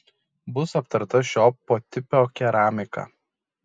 bus aptarta šio potipio keramika